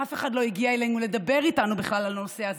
ואף אחד בכלל לא הגיע אלינו לדבר איתנו על הנושא הזה,